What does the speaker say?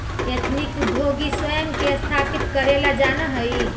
ethnic उद्योगी स्वयं के स्थापित करेला जानऽ हई